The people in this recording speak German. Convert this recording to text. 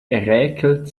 räkelt